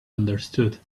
understood